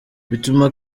bituma